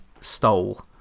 stole